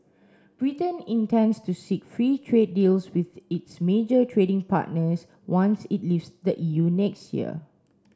Britain intends to seek free trade deals with its major trading partners once it leaves the E U next year